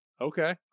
Okay